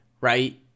right